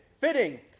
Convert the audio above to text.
fitting